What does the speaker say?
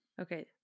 Okay